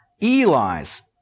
Eli's